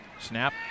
Snap